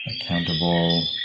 accountable